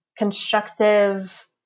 Constructive